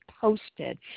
posted